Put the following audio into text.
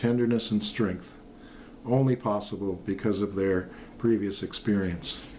tenderness and strength only possible because of their previous experience